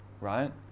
right